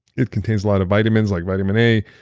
it contains a lot of vitamins, like vitamin a,